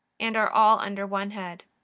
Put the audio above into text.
and are all under one head.